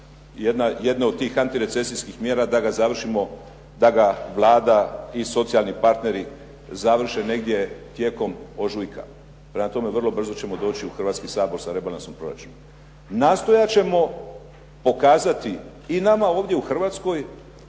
jedan od tih antirecesijskih mjera da ga završimo, da ga Vlada i socijalni partneri završe negdje tijekom ožujka. Prema tome vrlo brzo ćemo doći u Hrvatski sabor sa rebalansom proračuna. Nastojati ćemo pokazati i nama ovdje u Hrvatskoj